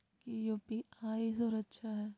की यू.पी.आई सुरक्षित है?